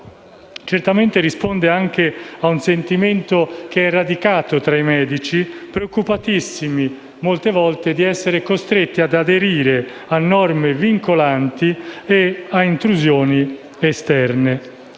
certamente risponde a un sentimento radicato tra i medici, preoccupatissimi molte volte di essere costretti ad aderire a norme vincolanti e a intrusioni esterne